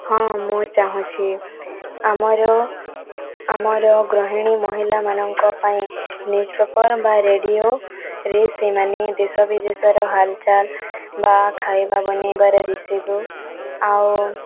ହଁ ମୁଁ ଚାହୁଁଛି ଆମର ଆମର ଗୃହିଣୀ ମହିଳାମାନଙ୍କ ପାଇଁ ନ୍ୟୁଜ୍ ପେପର୍ ବା ରେଡ଼ିଓରେ ସେମାନେ ଦେଶ ବିଦେଶର ହାଲଚାଲ ବା ଖାଇବା ବନାଇବାର ରେସିପି ଆଉ